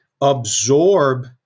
absorb